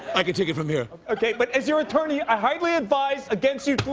i can take it from here. okay, but as your attorney, i highly advise against you